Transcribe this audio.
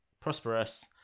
prosperous